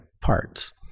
parts